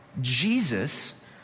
Jesus